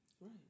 Right